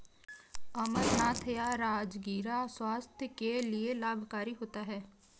अमरनाथ या राजगिरा स्वास्थ्य के लिए लाभकारी होता है